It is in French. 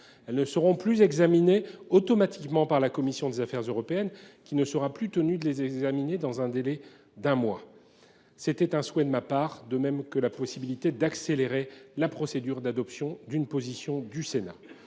Celles ci ne seront plus examinées automatiquement par la commission des affaires européennes, qui ne sera plus tenue de les étudier dans un délai d’un mois. C’était un souhait de ma part, tout comme la possibilité d’accélérer la procédure d’adoption d’une position du Sénat.